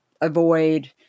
avoid